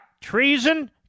treason